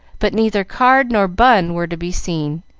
but neither card nor bun were to be seen,